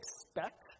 expect